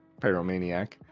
pyromaniac